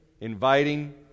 inviting